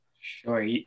sure